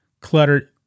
cluttered